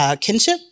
kinship